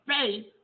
faith